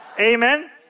Amen